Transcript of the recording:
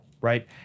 right